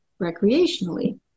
recreationally